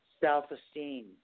self-esteem